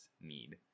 need